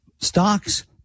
stocks